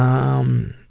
um,